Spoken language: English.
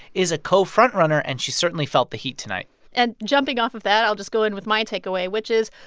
is a co-front runner, and she certainly felt the heat tonight and jumping off of that, i'll just go in with my takeaway, which is,